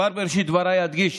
כבר בראשית דבריי אדגיש